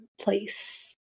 place